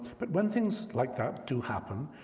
but when things like that do happen,